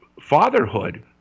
fatherhood